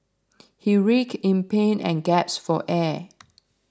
he rick in pain and gaps for air